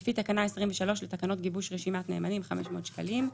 לפי תקנה 23 לתקנות גיבוש רשימת נאמנים 500 שקלים.